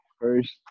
first